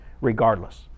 regardless